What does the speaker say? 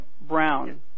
brown